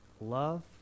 love